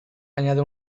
añade